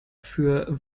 für